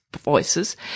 voices